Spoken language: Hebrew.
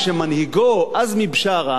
מכיוון שמנהיגו עזמי בשארה